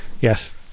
yes